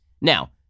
Now